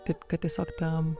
taip kad tiesiog tam